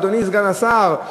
אדוני סגן השר,